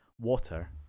water